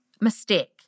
mistake